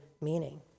meaning